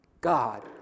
God